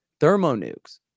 thermonukes